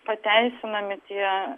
pateisinami tie